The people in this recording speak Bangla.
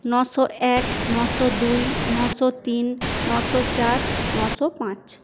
নশো এক নশো দুই নশো তিন নশো চার নশো পাঁচ